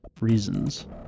reasons